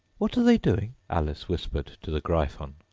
what are they doing alice whispered to the gryphon.